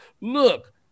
look